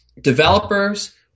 developers